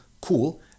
cool